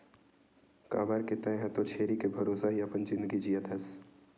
काबर के तेंहा तो छेरी के भरोसा ही अपन जिनगी जियत हस